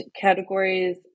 categories